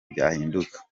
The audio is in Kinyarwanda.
byahinduka